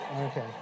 Okay